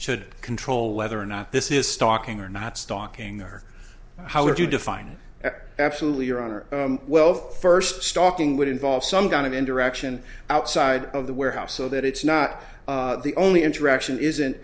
should control whether or not this is stalking or not stalking or how would you define absolutely your honor well first stalking would involve some kind of interaction outside of the warehouse so that it's not the only interaction isn't